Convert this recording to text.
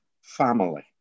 family